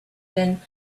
been